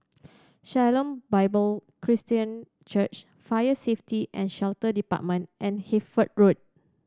Shalom Bible Presbyterian Church Fire Safety And Shelter Department and Hertford Road